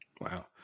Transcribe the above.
wow